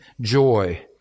joy